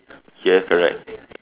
yeah correct